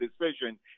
decision